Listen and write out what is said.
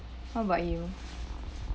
me ya how about you